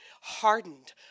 hardened